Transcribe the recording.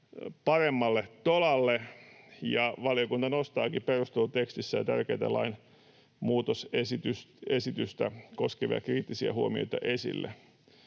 paremmalle tolalle. Valiokunta nostaakin perustelutekstissään tärkeitä lainmuutosesitystä koskevia kriittisiä huomioita esille,